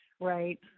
right